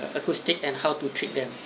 acoustic and how to treat them